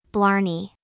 Blarney